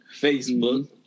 facebook